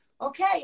Okay